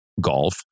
golf